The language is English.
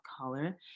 color